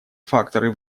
факторы